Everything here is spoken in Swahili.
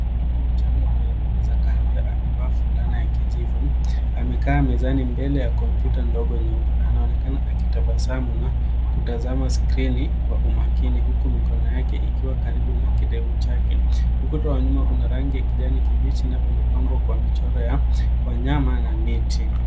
Mtoto mchanga mwenye nywele za kahawia amevaa fulana ya kijivu. Amekaa mezani mbele ya kompyuta ndogo nyeupe. Anaonekana akitabasamu na kutazama skrini kwa umakani huku mikono yake ikiwa karibu na kidevu chake. Ukuta wa nyuma una rangi ya kijani kibichi na umepambwa kwa michoro ya wanyama na miti.